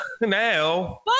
Now